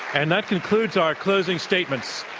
and that concludes our closing statements.